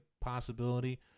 possibility